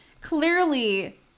clearly